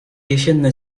jesienne